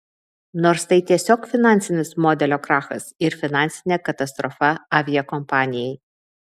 nors tai tiesiog finansinis modelio krachas ir finansinė katastrofa aviakompanijai